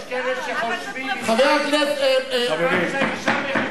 יש כאלה שחושבים שבזמן שהאשה מעוברת,